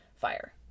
fire